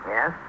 Yes